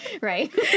Right